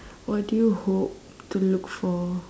what do you hope to look for